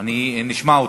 נשמע אותו.